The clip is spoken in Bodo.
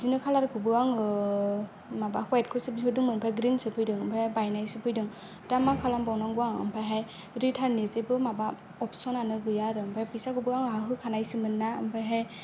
बिदिनो खालारखौबो आङो माबा हवाइट खौसो बिहरदोंमोन ओमफ्राय ग्रिनसो फैदों ओमफ्राय बायनायसो फैदों दा मा खालाम बावनांगौ आं ओमफ्राय हाय रिथाननि जेबो माबा अबसनानो गैया आरो ओमफ्राय पैसाखौबो आंहा होखानायसोमोनना ओमफ्राय हाय